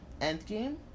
endgame